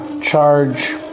charge